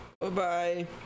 Bye-bye